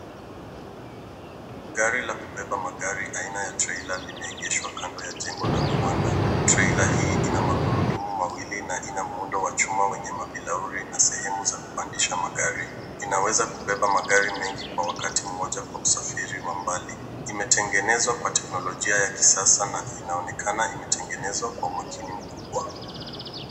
Gari la kubeba magari aina ya trailer limeegeshwa kando ya jengo la viwanda. Trailer hii ina magurudumu mawili na ina muundo wa chuma wenye mabilauri na sehemu za kupandisha magari. Inaweza kubeba magari mengi kwa wakati mmoja kwa usafiri wa mbali. Imetengenezwa kwa teknolojia ya kisasa na inaonekana imetengenezwa kwa umakini mkubwa.